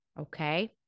okay